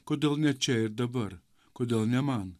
kodėl ne čia ir dabar kodėl ne man